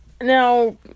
Now